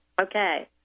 Okay